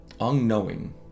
unknowing